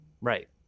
right